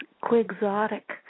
quixotic